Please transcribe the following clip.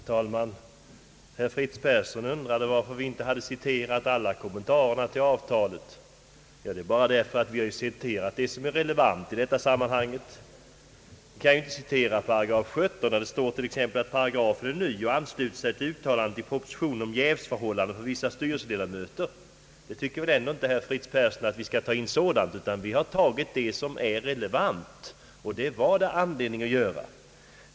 Herr talman! Herr Fritz Persson undrade varför vi inte hade citerat alla kommentarer till avtalet. Anledningen härtill är att vi bara har velat citera vad som är relevant i detta sammanhang. Vi kan ju inte gärna citera § 17, där det står att paragrafen är ny och ansluter sig till uttalandet i propositionen om jävsförhållanden för vissa styrelseledamöter. Herr Fritz Persson tycker väl ändå inte att vi skall ta in sådana saker. Vi har tagit in vad som är relevant, det hade vi anledning att göra.